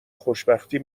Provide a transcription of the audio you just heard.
خوشبختی